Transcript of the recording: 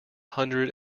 hundred